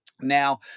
Now